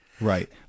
Right